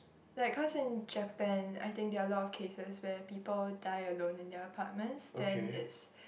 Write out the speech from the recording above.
like cause in Japan I think there are a lot of cases where people die alone in their apartments then its